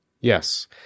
Yes